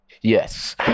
Yes